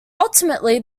ultimately